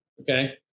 okay